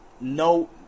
no